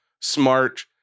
Smart